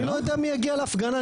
אני לא יודע מי יגיע להפגנה,